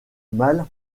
mal